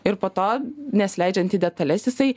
ir po to nesileidžiant į detales jisai